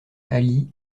ali